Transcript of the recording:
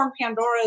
Pandora